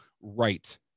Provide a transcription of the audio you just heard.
right